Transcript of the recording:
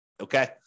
okay